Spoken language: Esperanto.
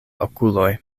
okuloj